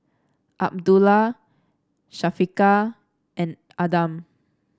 Abdullah Syafiqah and Adam